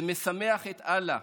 זה משמח את אללה,